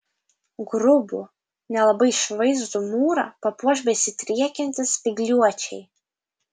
grubų nelabai išvaizdų mūrą papuoš besidriekiantys spygliuočiai